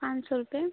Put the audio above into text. पाँच सौ रुपये